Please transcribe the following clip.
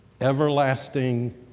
everlasting